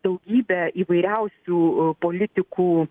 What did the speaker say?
daugybę įvairiausių politikų